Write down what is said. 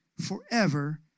forever